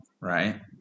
right